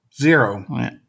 zero